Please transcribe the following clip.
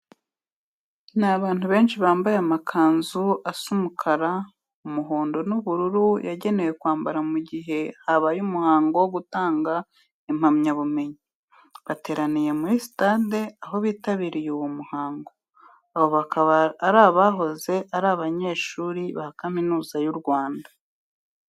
Ni abantu benshi bambaye amakanzu asa umukara, umuhondo n'ubururu yagenewe kwambarwa mu gihe habaye umuhango wo gutanga impamyabumenyi. Bateraniye muri sitade aho bitabiriye uwo muhango. Aba bakaba ari abahoze ari abanyeshuri ba Kaminuza y'u Rwanda.